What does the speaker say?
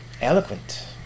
eloquent